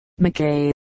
McKay